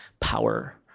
power